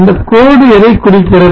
இந்தக் கோடு எதை குறிக்கிறது